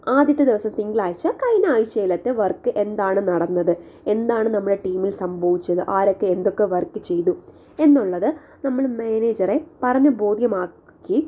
ആദ്യത്തെ ദിവസം തിങ്കളാഴ്ച കഴിഞ്ഞ ആഴ്ചയിലത്തെ വർക്ക് എന്താണ് നടന്നത് എന്താണ് നമ്മുടെ ടീമിൽ സംഭവിച്ചത് ആരൊക്കെ എന്തൊക്കെ വർക്ക് ചെയ്തു എന്നുള്ളത് നമ്മൾ മാനേജറെ പറഞ്ഞ് ബോധ്യമാക്കി